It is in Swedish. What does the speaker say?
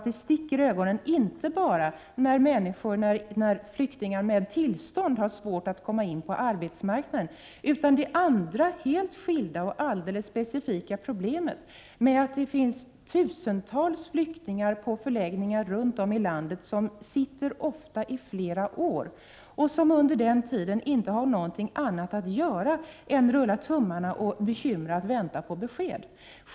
Det sticker i ögonen på människor inte bara när tusentals flyktingar med arbetstillstånd har svårt att komma in på arbetsmarknaden utan också när flyktingar runt om i landet — och det är ett annat och helt specifikt problem — ofta finns kvar på förläggningarna i flera år och under den tiden inte har något annat att göra än att rulla tummarna och bekymrat vänta på besked.